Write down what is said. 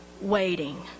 waiting